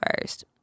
first